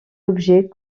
objets